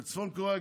בצפון קוריאה,